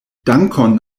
dankon